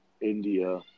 India